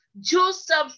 Joseph